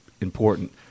important